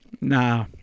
Nah